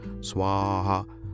swaha